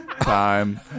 time